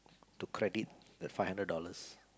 to credit the five hundred dollars